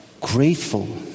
grateful